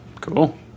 Cool